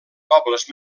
pobles